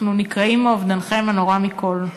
אנחנו נקרעים מאובדנכם הנורא מכול.